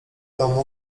domu